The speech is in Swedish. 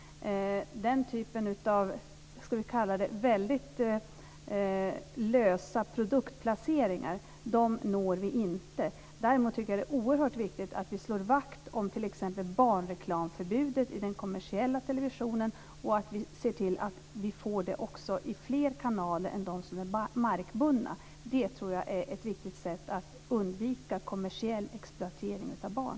Den typen av väldigt lösa produktplaceringar når vi inte. Däremot tycker jag att det är oerhört viktigt att vi slår vakt om t.ex. barnreklamförbudet i den kommersiella televisionen och att vi ser till att vi får ett förbud också i fler kanaler än de som är markbundna. Det tror jag är ett viktigt sätt att undvika kommersiell exploatering av barn.